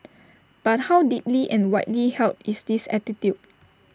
but how deeply and widely held is this attitude